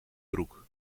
broek